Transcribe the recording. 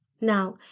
Now